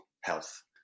health